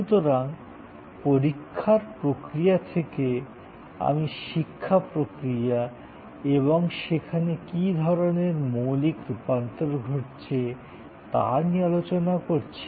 সুতরাং পরীক্ষার প্রক্রিয়া থেকে আমি শিক্ষা প্রক্রিয়া এবং সেখানে কী ধরনের মৌলিক রূপান্তর ঘটছে তা নিয়ে আলোচনা করছি না